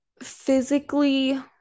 physically